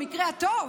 במקרה הטוב,